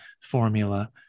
formula